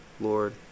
Lord